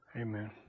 Amen